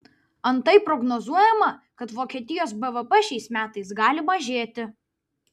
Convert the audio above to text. antai prognozuojama kad vokietijos bvp šiais metais gali mažėti